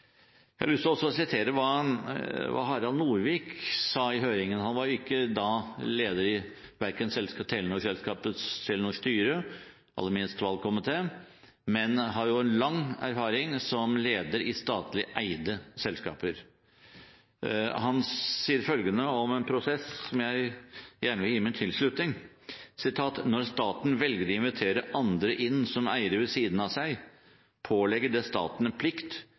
Jeg har også lyst til å sitere hva Harald Norvik sa i høringen. Han var ikke da leder i verken Telenors styre eller aller minst valgkomiteen, men han har lang erfaring som leder i statlig eide selskaper. Han sier følgende om en prosess – som jeg gjerne vil gi min tilslutning: når staten velger å invitere andre inn som eiere ved siden av seg, pålegger det staten en plikt